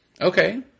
Okay